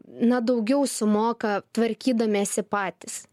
na daugiau sumoka tvarkydamiesi patys